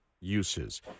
uses